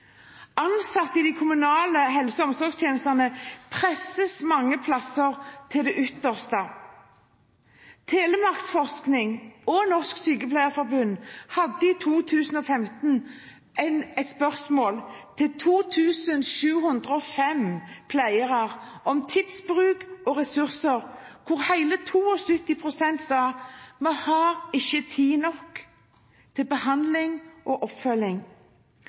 Ansatte i de kommunale helse- og omsorgstjenestene presses mange plasser til det ytterste. Telemarksforskning og Norsk Sykepleierforbund stilte i 2015 et spørsmål til 2 705 pleiere om tidsbruk og ressurser, og hele 72 pst. sa: Vi har ikke nok tid til behandling og oppfølging.